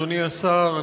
אדוני השר,